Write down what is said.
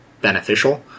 beneficial